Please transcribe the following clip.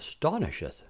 astonisheth